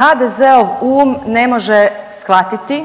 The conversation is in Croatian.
HDZ-ov um ne može shvatiti